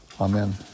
Amen